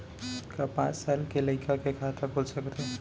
का पाँच साल के लइका के खाता खुल सकथे?